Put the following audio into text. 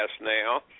now